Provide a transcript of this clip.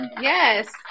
yes